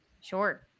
Sure